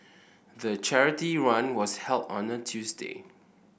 the charity run was held on a Tuesday